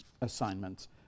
assignments